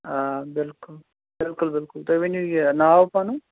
آ بِلکُل بِلکُل بِلکُل تُہۍ ؤنِو یہِ ناو پَنُن